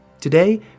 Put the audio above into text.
Today